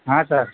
ہاں سر